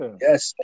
yes